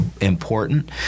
important